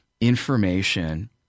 information